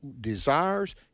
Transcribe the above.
desires